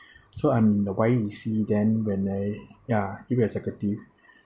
so I'm the Y_E_C then when I ya youth executive